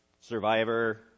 Survivor